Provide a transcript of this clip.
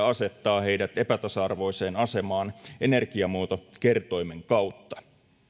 asettaa heidät epätasa arvoiseen asemaan energiamuotokertoimen kautta